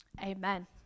amen